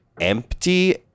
empty